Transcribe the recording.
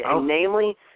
Namely